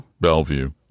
Bellevue